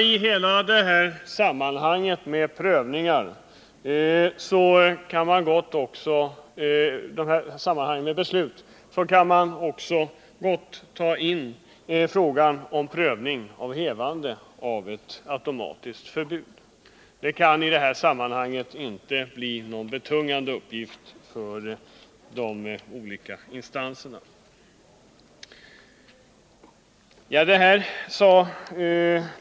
I hela detta beslutssammanhang kan man också gott ta in frågan om prövning av hävande av ett automatiskt förbud. Det kan inte bli någon betungande uppgift för de olika instanserna i detta sammanhang.